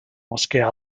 moschea